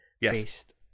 based